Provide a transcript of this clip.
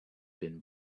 been